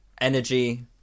Energy